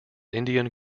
indian